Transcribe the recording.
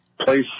place